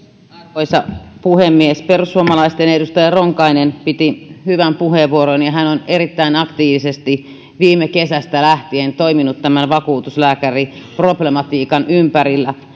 arvoisa puhemies perussuomalaisten edustaja ronkainen piti hyvän puheenvuoron hän on erittäin aktiivisesti viime kesästä lähtien toiminut tämän vakuutuslääkäriproblematiikan ympärillä